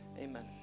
amen